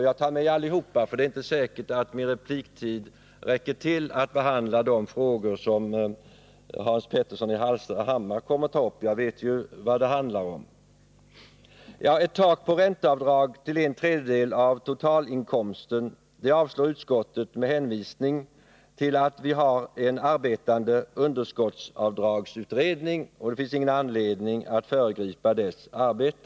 Jag tar med alla, eftersom det inte är säkert att min repliktid räcker till för att behandla de frågor som Hans Petersson i Hallstahammar kommer att ta upp. Jag vet ju vad det handlar om. Ett tak för ränteavdragen som inte får överstiga en tredjedel av totalinkomsten avstyrks av utskottet med hänvisning till att vi har en arbetande underskottsavdragsutredning och att det inte finns någon anledning att föregripa dess arbete.